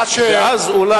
ואז אולי,